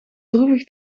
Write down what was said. droevig